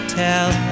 tell